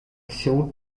się